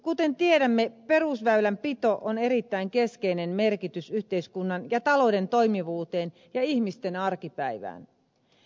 kuten tiedämme perusväylänpidolla on erittäin keskeinen merkitys yhteiskunnan ja talouden toimivuuteen ja ihmisten arkipäivään